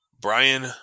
Brian